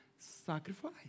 Sacrifice